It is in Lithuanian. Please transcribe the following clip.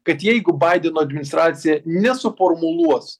kad jeigu baideno administracija nesuformuluos